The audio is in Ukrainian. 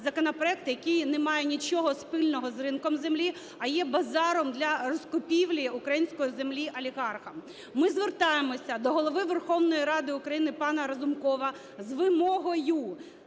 який не має нічого спільного з ринком землі, а є базаром для розкупівлі української землі олігархами. Ми звертаємося до Голови Верховної Ради України пана Разумкова з вимогою